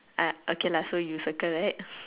ah okay lah so you circled right